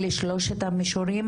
אלה שלושת המישורים,